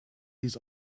his